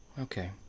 okay